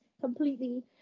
completely